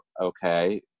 okay